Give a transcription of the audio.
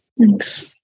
Thanks